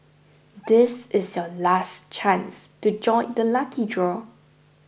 this is your last chance to join the lucky draw